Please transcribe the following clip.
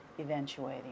eventuating